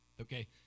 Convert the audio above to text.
okay